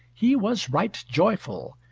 he was right joyful,